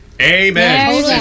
Amen